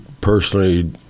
personally